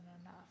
enough